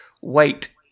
wait